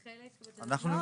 בחלק --- לא,